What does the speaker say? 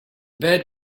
bed